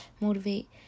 motivate